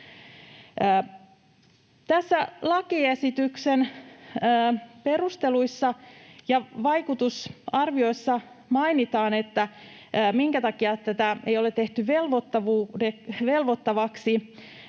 Lakiesityksen perusteluissa ja vaikutusarviossa mainitaan siitä, minkä takia tätä ei ole tehty velvoittavaksi,